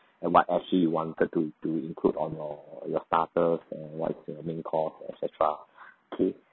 what actually you wanted to to include on your your starter and what is the main course et cetera okay